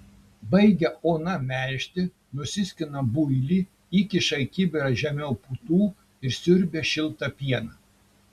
baigia ona melžti nusiskina builį įkiša į kibirą žemiau putų ir siurbia šiltą pieną